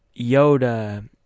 Yoda